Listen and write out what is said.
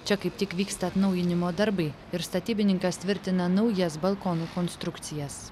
čia kaip tik vyksta atnaujinimo darbai ir statybininkas tvirtina naujas balkonų konstrukcijas